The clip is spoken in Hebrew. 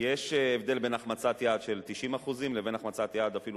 יש הבדל בין החמצת יעד של 90% לבין החמצת יעד אפילו